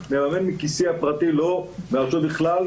למרות שהרשתות החברתיות כן עוצרות כאלה תיאומים,